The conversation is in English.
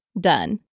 done